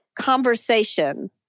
conversation